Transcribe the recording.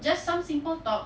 just some simple talks